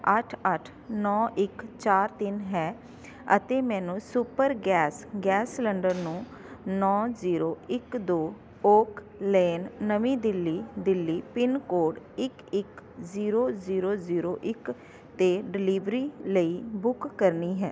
ਅੱਠ ਅੱਠ ਨੌਂ ਇੱਕ ਚਾਰ ਤਿੰਨ ਹੈ ਅਤੇ ਮੈਨੂੰ ਸੁਪਰ ਗੈਸ ਗੈਸ ਸਿਲੰਡਰ ਨੂੰ ਨੌਂ ਜੀਰੋ ਇੱਕ ਦੋ ਓਕ ਲੇਨ ਨਵੀਂ ਦਿੱਲੀ ਦਿੱਲੀ ਪਿੰਨ ਕੋਡ ਇੱਕ ਇੱਕ ਜੀਰੋ ਜੀਰੋ ਜੀਰੋ ਇੱਕ 'ਤੇ ਡਿਲੀਵਰੀ ਲਈ ਬੁੱਕ ਕਰਨੀ ਹੈ